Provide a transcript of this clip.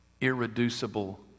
irreducible